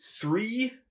three